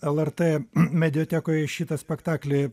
lrt mediatekoj šitą spektaklį